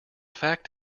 fact